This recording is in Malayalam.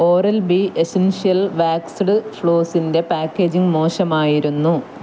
ഓറൽ ബി എസ്സൻഷ്യൽ വാക്സ്ഡ് ഫ്ലോസിൻ്റെ പാക്കേജിംഗ് മോശമായിരുന്നു